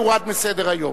יורד מסדר-היום.